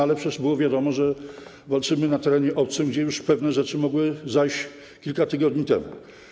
Ale przecież było wiadomo, że walczymy na terenie obcym, gdzie już pewne rzeczy mogły zajść kilka tygodni temu.